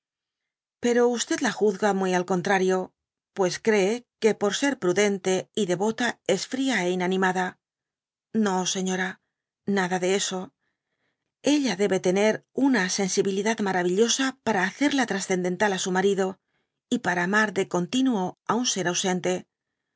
pero la f uzga muy al contrario pues cree que por ser prudente y devota es fría é inanimada no señora nada de eso ella debe tener una sensibilidad maravillosa para hacerla transcendental á su marido y para amar de continuo á im ser ausente